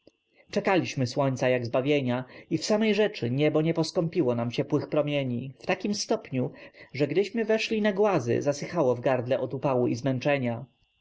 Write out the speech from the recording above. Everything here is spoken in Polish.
czekaliśmy słońca jak zbawienia i w samej rzeczy niebo nie poskąpiło nam ciepłych promieni w takim stopniu że gdyśmy weszli na głazy zasychało w gardle od upału i zmęczenia